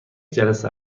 جلسه